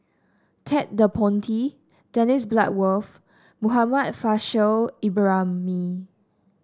Ted De Ponti Dennis Bloodworth Muhammad Faishal Ibrahim